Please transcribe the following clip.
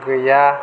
गैया